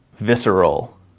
visceral